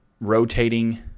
rotating